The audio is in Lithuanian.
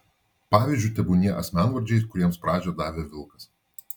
pavyzdžiu tebūnie asmenvardžiai kuriems pradžią davė vilkas